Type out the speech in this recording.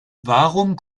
warum